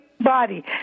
body